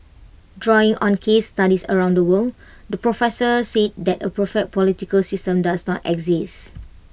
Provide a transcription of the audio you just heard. drawing on case studies around the world the professor said that A perfect political system does not exist